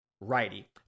righty